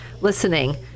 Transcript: listening